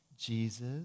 Jesus